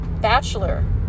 bachelor